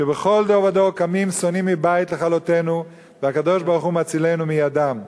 שבכל דור ודור קמים שונאים מבית לכלותנו והקדוש-ברוך-הוא מצילנו מידם.